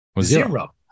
Zero